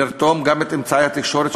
לרתום גם את אמצעי התקשורת,